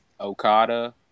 Okada